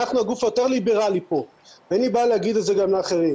אנחנו הגוף היותר ליברלי פה ואין לי בעיה להגיד את זה גם לאחרים,